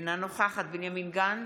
אינה נוכחת בנימין גנץ,